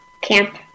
Camp